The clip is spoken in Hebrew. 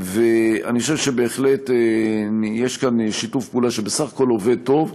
ואני חושב שבהחלט יש כאן שיתוף פעולה שבסך הכול עובד טוב.